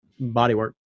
bodywork